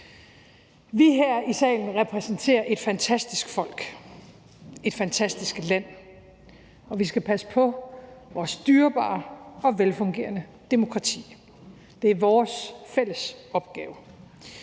Vi her i salen repræsenterer et fantastisk folk, et fantastisk land, og vi skal passe på vores dyrebare og velfungerende demokrati; det er vores fælles opgave.